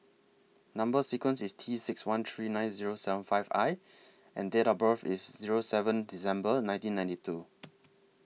Number sequence IS T six one three nine Zero seven five I and Date of birth IS Zero seven December nineteen ninety two